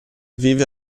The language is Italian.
vive